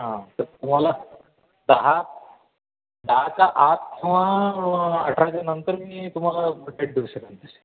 हां तर तुम्हाला दहा दहाचा आठ किंवा अठराच्यानंतर मी तुम्हाला डेट देऊ शकेन तशी